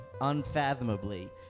unfathomably